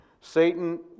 Satan